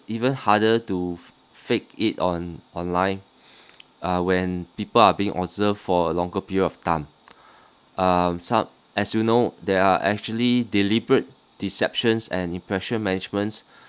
even harder to fa~ fake it on online uh when people are being observed for longer period of time uh some as you know there are actually deliberate deceptions and impression managements